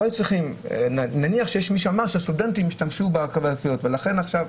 נניח שמישהו אמר שהסטודנטים השתמשו בקלפיות הנגישות.